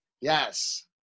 Yes